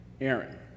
Aaron